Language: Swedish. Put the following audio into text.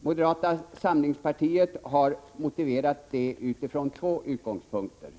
Moderata samlingspartiet har motiverat sitt besparingsförslag utifrån två utgångspunkter.